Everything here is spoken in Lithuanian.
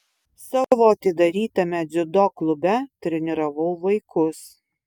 savo atidarytame dziudo klube treniravau vaikus